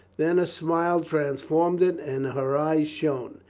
then a smile transformed it and her eyes shone.